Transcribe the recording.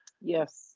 yes